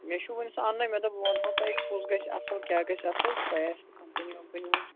مےٚ چھُ وٕنہِ سُہ اَنناے مےٚ دوٚپ بہٕ وَنہو تۄہہِ کُس گَژھِ اصل کیاہ گَژھِ اصل تۄہہِ آسوٕ کَمپٔنی وَمپٔنی